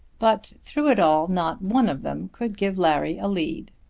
but through it all not one of them could give larry a lead.